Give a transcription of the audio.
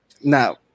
Now